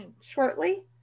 shortly